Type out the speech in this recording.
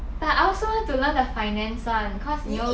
but I also want to learn the finance [one] cause you know